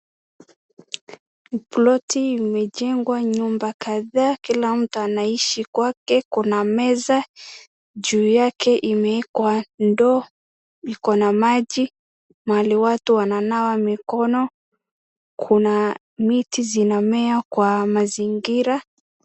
Ploti imejengwa nyumba kadhaa, kila mtu anaishi kwake, kuna meza juu yake imewekwa ndoo iko na maji. Mahali watu wananawa mikono. Kuna miti zinanamea kwa mazingira.